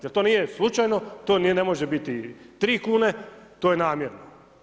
Jer to nije slučajno, to ne može biti 3 kn, to je namjerno.